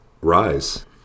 rise